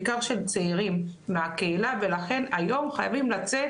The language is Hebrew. בעיקר של צעירים מהקהילה ולכן היום חייבים לצאת